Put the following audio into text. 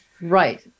Right